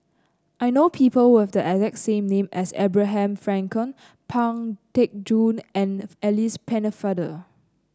I know people who have the exact same name as Abraham Frankel Pang Teck Joon and Alice Pennefather